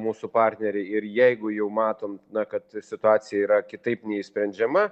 mūsų partneriai ir jeigu jau matom kad situacija yra kitaip neišsprendžiama